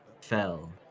fell